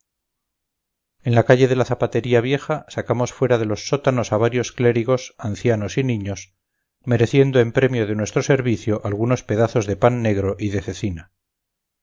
en la calle de la zapatería vieja sacamos fuera de los sótanos a varios clérigos ancianos y niños mereciendo en premio de nuestro servicio algunos pedazos de pan negro y de cecina